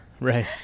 Right